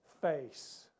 face